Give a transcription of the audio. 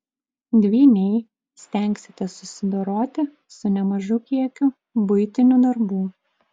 dvyniai stengsitės susidoroti su nemažu kiekiu buitinių darbų